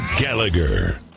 Gallagher